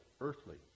earthly